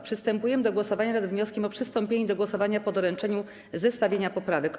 Przystępujemy do głosowania nad wnioskiem o przystąpienie do głosowania po doręczeniu zestawienia poprawek.